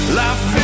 life